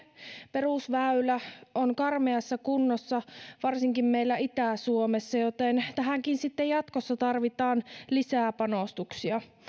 perusväylä on karmeassa kunnossa varsinkin meillä itä suomessa joten tähänkin sitten jatkossa tarvitaan lisää panostuksia